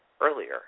earlier